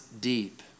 deep